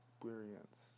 experience